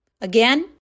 Again